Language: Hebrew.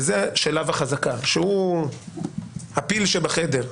זה הפיל שבחדר.